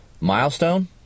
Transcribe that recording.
Milestone